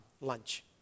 lunch